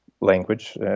language